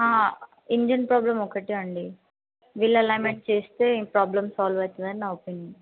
engine problem ఒకటే అండి wheel alignment చేస్తే ఈ ప్రోబ్లం సాల్వ్ అవుతుందని నా ఒపీనియన్